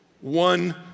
one